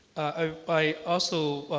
ah i also